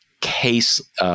case